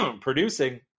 producing